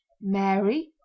mary